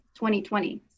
2020